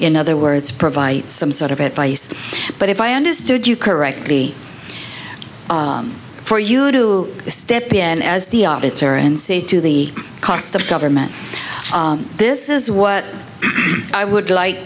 in other words provide some sort of advice but if i understood you correctly for you to step in as the arbiter and say to the cost of government this is what i would like